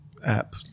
app